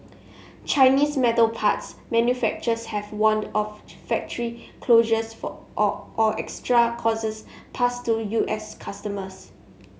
Chinese metal parts manufacturers have warned of factory closures for or or extra costs passed to U S customers